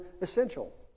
essential